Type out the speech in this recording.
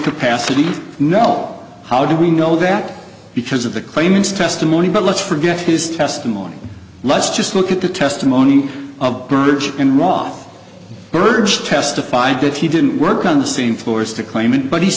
capacity no how do we know that because of the claimant's testimony but let's forget his testimony let's just look at the testimony of birch and rauf dirge testified that he didn't work on the same floors to claim it but he's